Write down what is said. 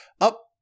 up